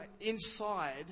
inside